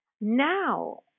Now